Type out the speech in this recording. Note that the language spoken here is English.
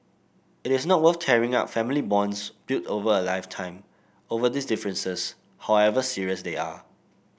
it is not worth tearing up family bonds built over a lifetime over these differences however serious they are